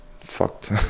fucked